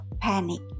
panic